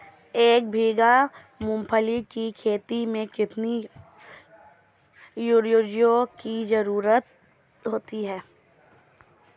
एक बीघा मूंगफली की खेती में कितनी यूरिया की ज़रुरत होती है?